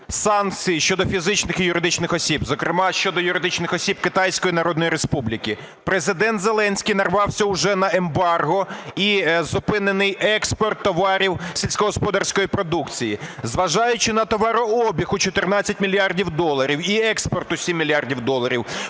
санкції щодо фізичних і юридичних осіб, зокрема щодо юридичних осіб Китайської Народної Республіки. Президент Зеленський нарвався уже на ембарго і зупинений експорт товарів сільськогосподарської продукції. Зважаючи на товарообіг у 14 мільярдів доларів і експорт у 7 мільярдів доларів,